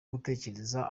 gutekereza